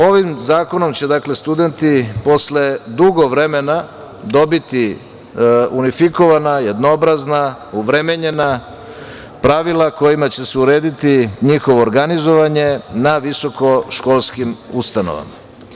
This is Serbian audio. Ovim zakonom će studenti posle dugo vremena dobiti unifikovana, jednobrazna, uvremenjena pravila kojima će se urediti njihovo organizovanje na visokoškolskim ustanovama.